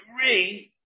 three